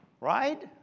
right